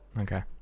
okay